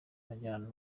ajyanye